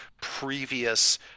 previous